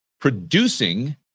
producing